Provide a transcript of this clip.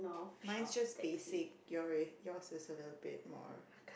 mine's just basic your your is a little bit more